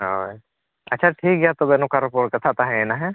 ᱦᱳᱭ ᱟᱪᱪᱷᱟ ᱴᱷᱤᱠ ᱜᱮᱭᱟ ᱛᱚᱵᱮ ᱱᱚᱝᱠᱟ ᱨᱚᱯᱚᱲ ᱠᱟᱛᱷᱟ ᱛᱟᱦᱮᱸᱭᱮᱱᱟ ᱦᱮᱸ